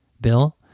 bill